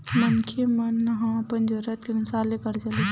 मनखे मन ह अपन जरूरत के अनुसार ले करजा लेथे